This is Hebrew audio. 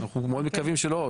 אנחנו מאוד מקווים שלא,